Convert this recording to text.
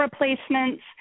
replacements